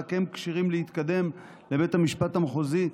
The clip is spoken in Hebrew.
שרק הם כשירים להתקדם לבית המשפט המחוזי.